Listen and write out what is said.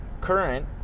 current